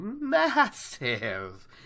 massive